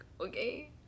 okay